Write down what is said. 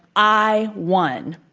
i won.